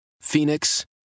Phoenix